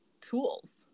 tools